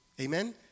Amen